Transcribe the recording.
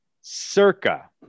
circa